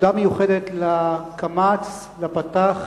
תודה מיוחדת לקמץ, לפתח,